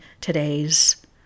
today's